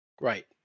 Right